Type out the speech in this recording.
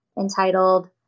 entitled